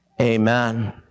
Amen